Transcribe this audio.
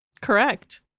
Correct